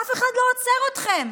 אף אחד לא עוצר אתכם.